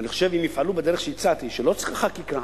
אני חושב שאם יפעלו בדרך שהצעתי, שלא צריך חקיקה,